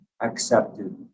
accepted